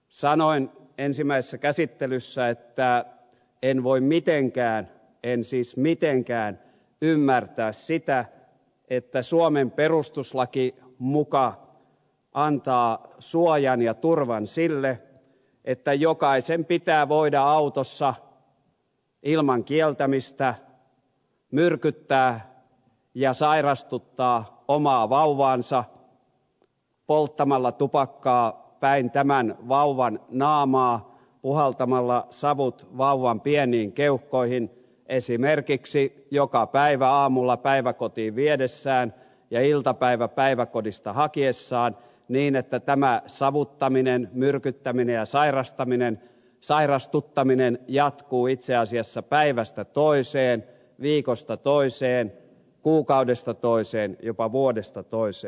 sanoin ensimmäisessä käsittelyssä että en voi mitenkään en siis mitenkään ymmärtää sitä että suomen perustuslaki muka antaa suojan ja turvan sille että jokaisen pitää voida autossa ilman kieltämistä myrkyttää ja sairastuttaa omaa vauvaansa polttamalla tupakkaa päin tämän vauvan naamaa puhaltamalla savut vauvan pieniin keuhkoihin esimerkiksi joka päivä aamulla päiväkotiin viedessään ja iltapäivällä päiväkodista hakiessaan niin että tämä savuttaminen myrkyttäminen ja sairastuttaminen jatkuvat itse asiassa päivästä toiseen viikosta toiseen kuukaudesta toiseen jopa vuodesta toiseen